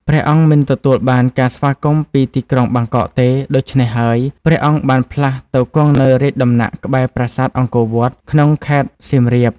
ព្រះអង្គមិនទទួលបានការស្វាគមន៍ពីទីក្រុងបាងកកទេ ដូច្នេះហើយ ព្រះអង្គបានផ្លាស់ទៅគង់នៅរាជដំណាក់ក្បែរប្រាសាទអង្គរវត្តក្នុងខេត្តសៀមរាប។